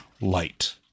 light